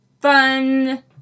fun